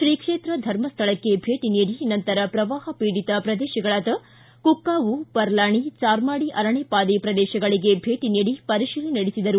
ಶ್ರೀಕ್ಷೇತ್ರ ಧರ್ಮಸ್ಥಳಕ್ಕೆ ಭೇಟಿ ನೀಡಿ ನಂತರ ಪ್ರವಾಪ ಪೀಡಿತ ಪ್ರದೇಶಗಳಾದ ಕುಕ್ಕಾವು ಪರ್ಲಾಣಿ ಚಾರ್ಮಾಡಿ ಅರಣೆಪಾದೆ ಪ್ರದೇಶಗಳಿಗೆ ಭೇಟಿ ನೀಡಿ ಪರೀಶಿಲನೆ ನಡೆಸಿದರು